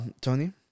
Tony